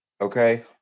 Okay